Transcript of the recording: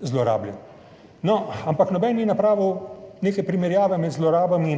zlorabljen. Ampak noben ni napravil neke primerjave med zlorabami,